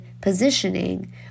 positioning